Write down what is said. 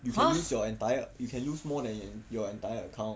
you can lose your entire you can lose more than your entire account